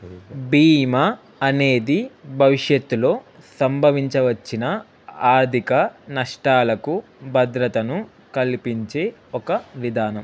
బీమా అనేది భవిష్యత్తులో సంభవించవచ్చిన ఆర్థిక నష్టాలకు భద్రతను కల్పించే ఒక విధానం